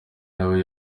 nawe